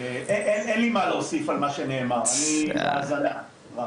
אין לי מה להוסיף על מה שנאמר, אני בהאזנה רם.